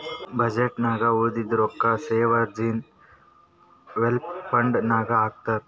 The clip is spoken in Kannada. ಬಜೆಟ್ ನಾಗ್ ಉಳದಿದ್ದು ರೊಕ್ಕಾ ಸೋವರ್ಜೀನ್ ವೆಲ್ತ್ ಫಂಡ್ ನಾಗ್ ಹಾಕ್ತಾರ್